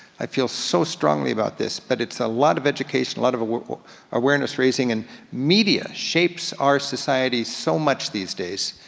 i feel so strongly about this, but it's a lot of education, a lot of of awareness raising, and media shapes our society so much these days.